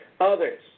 others